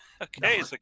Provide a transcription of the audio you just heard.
okay